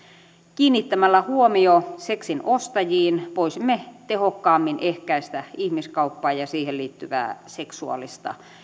kiinnittämällä huomio seksin ostajiin voisimme tehokkaammin ehkäistä ihmiskauppaa ja ja siihen liittyvää seksuaalista